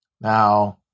Now